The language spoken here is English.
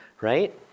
right